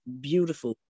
beautiful